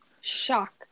shock